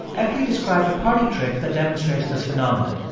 epley described a party trick that demonstrates this phenomenon.